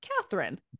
Catherine